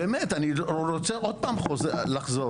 באמת, אני רוצה עוד פעם לחזור.